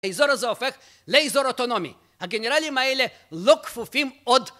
האזור הזה הופך לאזור אוטונומי. הגנרלים האלה לא כפופים עוד